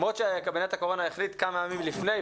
זה טוב שקבינט הקורונה החליט הפעם כמה ימים לפני,